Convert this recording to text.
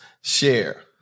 share